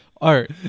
Art